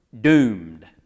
doomed